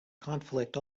conflict